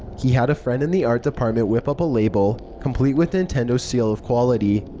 he had a friend in the art department whip up a label, complete with nintendo's seal of quality.